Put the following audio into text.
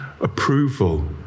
approval